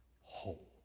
whole